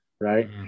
Right